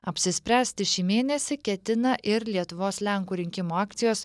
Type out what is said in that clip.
apsispręsti šį mėnesį ketina ir lietuvos lenkų rinkimų akcijos